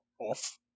off